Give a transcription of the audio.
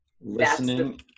Listening